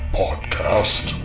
podcast